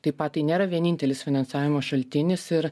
taip pat tai nėra vienintelis finansavimo šaltinis ir